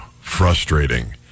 frustrating